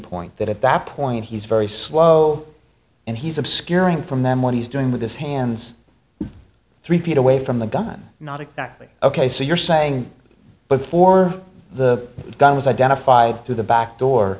point that at that point he's very slow and he's obscuring from them what he's doing with his hands three feet away from the gun not exactly ok so you're saying but for the gun was identified through the back door